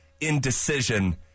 indecision